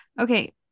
Okay